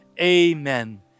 Amen